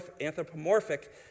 anthropomorphic